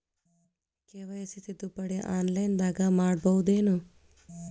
KYC ತಿದ್ದುಪಡಿ ಆನ್ಲೈನದಾಗ್ ಮಾಡ್ಬಹುದೇನು?